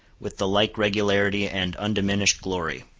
with the like regularity and undiminished glory.